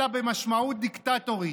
אלא למשמעות דיקטטורית,